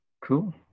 Cool